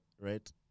right